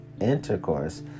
intercourse